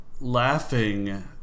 laughing